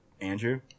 andrew